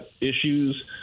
issues